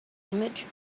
image